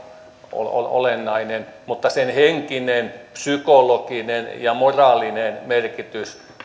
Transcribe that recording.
olennainen mutta sen henkinen psykologinen ja moraalinen merkitys